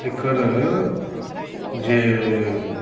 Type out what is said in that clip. एकर जे